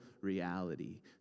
reality